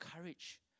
courage